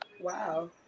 Wow